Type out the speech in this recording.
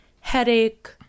headache